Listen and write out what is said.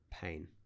Pain